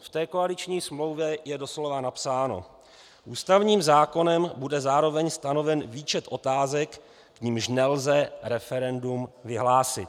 V té koaliční smlouvě je doslova napsáno: Ústavním zákonem bude zároveň stanoven výčet otázek, k nimž nelze referendum vyhlásit.